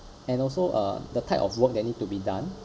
and also uh the type of work that need to be done